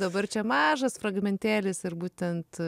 dabar čia mažas fragmentėlis ir būtent